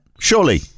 Surely